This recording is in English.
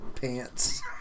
pants